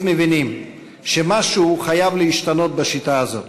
מבינים שמשהו חייב להשתנות בשיטה הזאת.